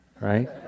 right